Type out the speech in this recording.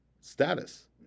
Status